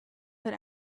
but